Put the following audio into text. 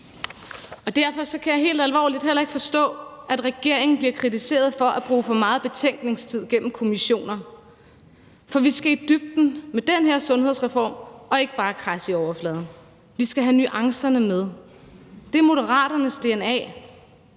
Derfor kan jeg helt alvorligt heller ikke forstå, at regeringen bliver kritiseret for at tage sig for meget betænkningstid gennem brug af kommissioner. For vi skal i dybden med den her sundhedsreform og ikke bare kradse i overfladen. Vi skal have nuancerne med. Det er Moderaternes dna.